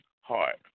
heart